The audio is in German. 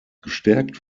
gestärkt